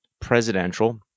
presidential